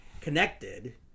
connected